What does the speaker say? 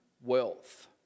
wealth